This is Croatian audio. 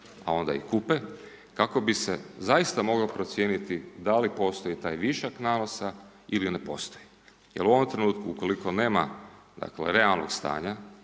a onda i Kupe kako bi se zaista moglo procijeniti da li postoji taj višak nanosa ili ne postoji jer u ovom trenutku ukoliko nema dakle realnog stanja